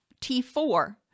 T4